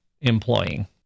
employing